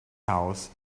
house